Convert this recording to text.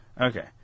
Okay